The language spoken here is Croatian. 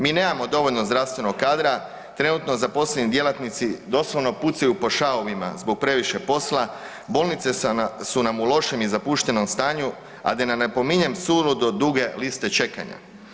Mi nemamo dovoljno zdravstvenog kadra, trenutno zaposleni djelatnici doslovno pucaju po šavovima zbog previše posla, bolnice su nam u lošem i zapuštenom stanju a da ne napominjem suludo duge liste čekanja.